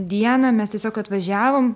dieną mes tiesiog atvažiavom